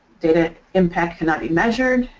data impact cannot be measured,